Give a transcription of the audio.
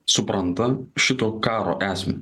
supranta šito karo esmę